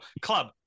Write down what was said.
club